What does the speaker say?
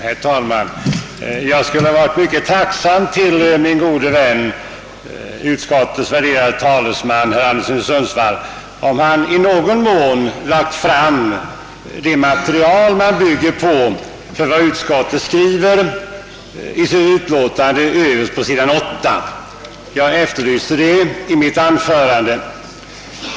Herr talman! Jag skulle ha varit min gode vän, utskottets värderade talesman, herr Anderson i Sundsvall, mycket tacksam om han talat om vilket material man bygger sitt uttalande överst på s. 8 i utskottsutlåtandet på. Jag efterlyste det i mitt anförande.